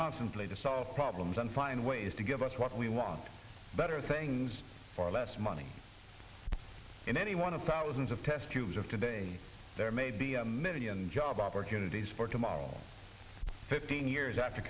constantly to solve problems and find ways to give us what we want better things for less money in any one of thousands of test tubes of today there are million job opportunities for tomorrow fifteen years